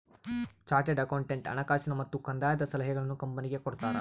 chartered accountant ಹಣಕಾಸಿನ ಮತ್ತು ಕಂದಾಯದ ಸಲಹೆಗಳನ್ನು ಕಂಪನಿಗೆ ಕೊಡ್ತಾರ